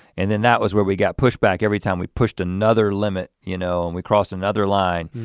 and then that was where we got pushed back every time we pushed another limit, you know and we crossed another line.